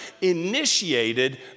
initiated